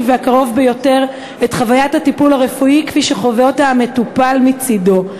והקרוב ביותר את חוויית הטיפול הרפואי כפי שחווה אותה המטופל מצדו.